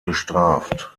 bestraft